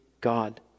God